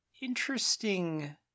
interesting